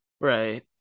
Right